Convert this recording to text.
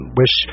wish